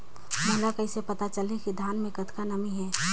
मोला कइसे पता चलही की धान मे कतका नमी हे?